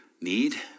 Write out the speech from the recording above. need